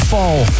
Fall